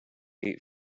eight